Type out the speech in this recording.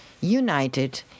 united